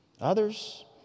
Others